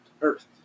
Earth